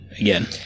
again